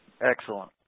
excellent